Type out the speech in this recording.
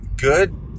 good